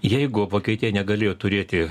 jeigu vokietija negalėjo turėti